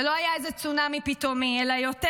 זה לא היה איזה צונאמי פתאומי אלא יותר